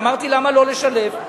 ואמרתי: למה לא לשלב?